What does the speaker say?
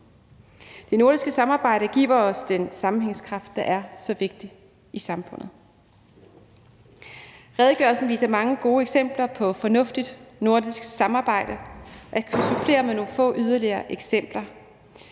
Det nordiske samarbejde giver os den sammenhængskraft, der er så vigtig i samfundet. Redegørelsen viser mange gode eksempler på fornuftigt nordisk samarbejde, og jeg kan supplere med nogle få yderligere eksempler.